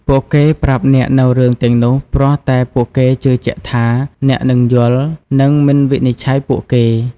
ពួកគេប្រាប់អ្នកនូវរឿងទាំងនោះព្រោះតែពួកគេជឿជាក់ថា អ្នកនឹងយល់ និងមិនវិនិច្ឆ័យពួកគេ។